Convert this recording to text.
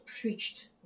preached